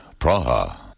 Praha